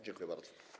Dziękuję bardzo.